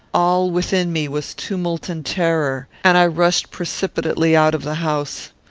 all within me was tumult and terror, and i rushed precipitately out of the house.